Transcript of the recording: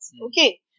okay